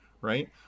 right